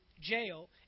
jail